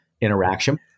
interaction